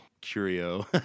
curio